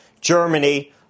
germany